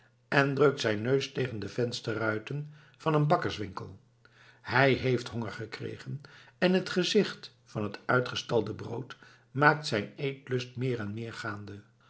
en drukt zijn neus tegen de vensterruiten van een bakkerswinkel hij heeft honger gekregen en het gezicht van het uitgestalde brood maakt zijn eetlust meer en meer gaande